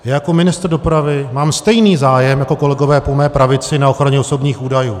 Já jako ministr dopravy mám stejný zájem jako kolegové po mé pravici na ochraně osobních údajů.